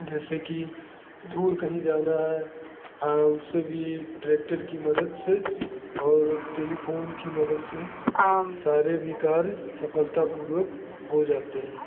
जैसे कि दूर कहीं जाना है औ उससे भी ट्रैक्टर की मदद से और टेलीफोन की मदद से सारे भी कार्य सफलतापूर्वक हो जाते हैं